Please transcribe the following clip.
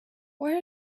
where